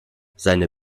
seine